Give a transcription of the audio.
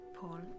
Paul